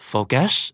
Focus